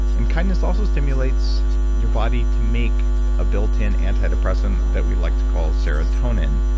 and kindness also stimulates your body to make a built-in anti-depressant that we like to call serotonin,